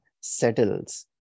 settles